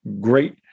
great